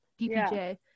DPJ